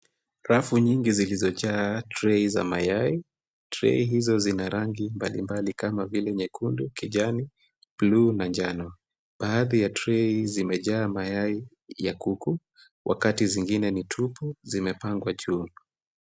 Rafu nyingi zilizojaa tray za mayai, tray hizo zina rangi mbalimbali kama vile nyekundu, kijani, bluu, na njano. Baadhi ya tray zimejaa mayai ya kuku, wakati zingine ni tupu zimepangwa juu.